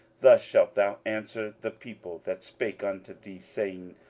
thus shalt thou answer the people that spake unto thee, saying,